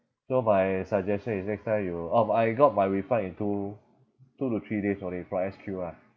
so my suggestion is next time you um I got my refund in two two to three days only from S_Q lah